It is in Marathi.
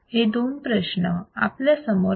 हे दोन प्रश्न आपल्यासमोर आहेत